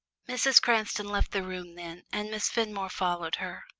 mrs. cranston left the room then, and miss fenmore followed her.